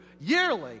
yearly